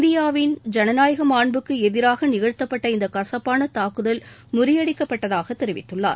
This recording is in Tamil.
இந்தியாவின் ஜனநாயக மாண்புக்கு எதிராக நிகழ்த்தப்பட்ட இந்த கசப்பான தாக்குதல் முறியடிக்கப்பட்டதாக தெரிவித்துள்ளார்